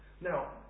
Now